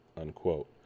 unquote